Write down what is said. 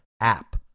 app